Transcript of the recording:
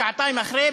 שעתיים אחרי,